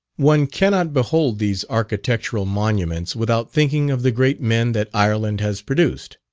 one cannot behold these architectural monuments without thinking of the great men that ireland has produced.